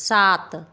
सात